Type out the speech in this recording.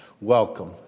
Welcome